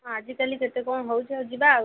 ହଁ ଆଜିକାଲି କେତେ କ'ଣ ହେଉଛି ଆଉ ଯିବା ଆଉ